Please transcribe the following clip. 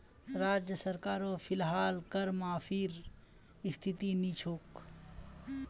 राज्य सरकारो फिलहाल कर माफीर स्थितित नी छोक